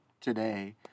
today